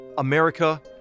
America